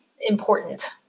important